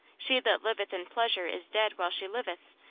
she that liveth in pleasure is dead while she liveth,